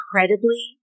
incredibly